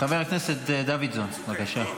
חבר הכנסת דוידסון, בבקשה.